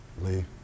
Lee